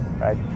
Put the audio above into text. right